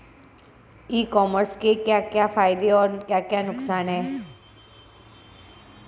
ई commerce के क्या क्या फायदे और क्या क्या नुकसान है?